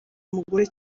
mugore